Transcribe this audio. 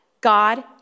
God